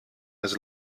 his